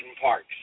Parks